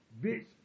Bitch